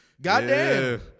Goddamn